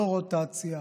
לא רוטציה,